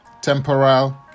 Temporal